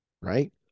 Right